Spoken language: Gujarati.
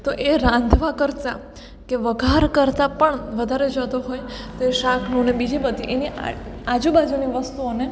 તો એ રાંધવા કરતાં કે વઘાર કરતાં પણ વધારે જતો હોય તો એ શાકનું ને બીજી બધી એની આજુબાજુની વસ્તુઓને